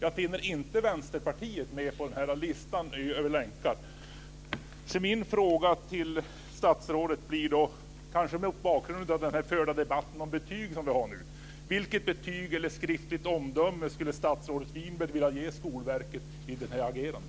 Jag finner inte Vänsterpartiet på den här listan över länkar. Min fråga till statsrådet blir då, kanske mot bakgrund av den debatt om betyg som vi nu för: Vilket betyg eller skriftligt omdöme skulle statsrådet Winberg vilja ge Skolverket i fråga om detta agerande?